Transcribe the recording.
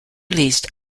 released